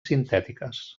sintètiques